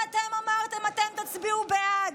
ואתם אמרתם שאתם תצביעו בעד,